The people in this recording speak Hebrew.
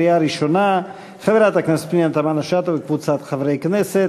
של חברת הכנסת פנינה תמנו-שטה וקבוצת חברי הכנסת,